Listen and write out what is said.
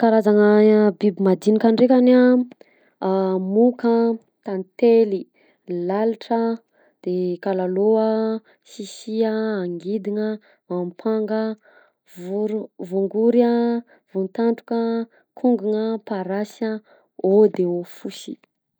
Karazana biby mandinika ndrekany a, moka ,tantely, lalitra a, de kalalao, sisia, angidigna, ampanga, voro- voangory a, voampadrika, kogogna ,parasy a, hao de hao fosy.